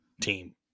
team